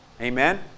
Amen